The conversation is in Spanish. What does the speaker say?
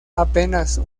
apenas